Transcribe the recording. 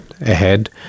ahead